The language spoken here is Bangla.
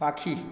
পাখি